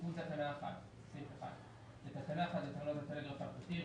תיקון תקנה 1 בתקנה 1 לתקנות הטלגרף האלחוטי (רישיונות,